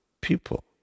people